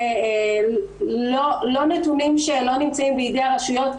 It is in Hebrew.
לא נתונים שלא נמצאים בידי הראשויות.